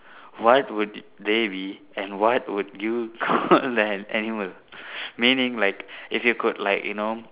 what would they be and what would you an animal meaning like if you could like you know